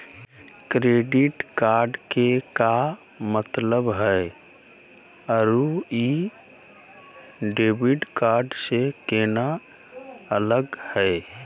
Credit card के का मतलब हई अरू ई डेबिट कार्ड स केना अलग हई?